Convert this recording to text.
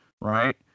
Right